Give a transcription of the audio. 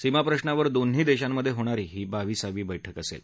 सीमाप्रशावर दोन्ही देशांमध्ये होणारी ही बाविसावी बैठक असेल